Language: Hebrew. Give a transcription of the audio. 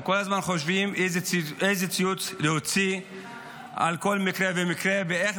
הם כל הזמן חושבים איזה ציוץ להוציא על כל מקרה ומקרה ואיך